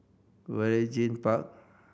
Waringin Park